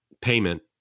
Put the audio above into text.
payment